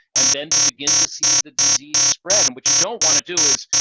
and then to begin to see the disease spread. and what you don't want to do is,